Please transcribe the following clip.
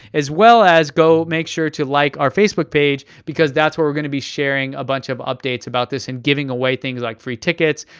as well as go make sure to like our facebook page, because that's where we're gonna be sharing a bunch of updates about this and giving away things like free tickets,